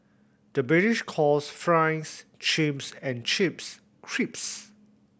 the British calls fries chips and chips crisps